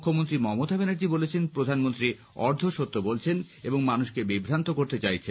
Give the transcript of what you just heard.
মুখ্যমন্ত্রী মমতা ব্যানার্জী বলেছেন প্রধানমন্ত্রী অর্ধসত্য বলছেন এবং মানুষকে বিভ্রান্ত করতে চাইছেন